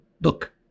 look